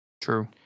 True